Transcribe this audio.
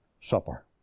supper